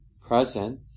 present